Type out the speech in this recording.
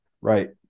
Right